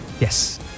Yes